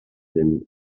ddim